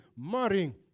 marrying